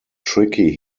tricky